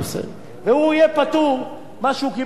מה שהוא קיבל בגיל 57 הוא יקבל מייד.